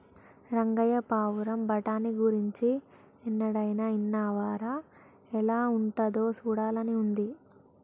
రంగయ్య పావురం బఠానీ గురించి ఎన్నడైనా ఇన్నావా రా ఎలా ఉంటాదో సూడాలని ఉంది